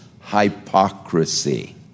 hypocrisy